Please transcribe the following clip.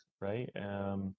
right